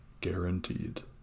Guaranteed